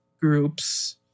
groups